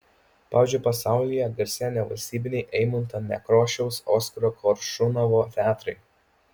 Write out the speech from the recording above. pavyzdžiui pasaulyje garsėja nevalstybiniai eimunto nekrošiaus oskaro koršunovo teatrai